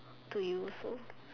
to you so